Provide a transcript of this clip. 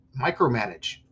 micromanage